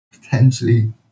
potentially